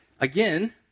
Again